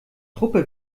truppe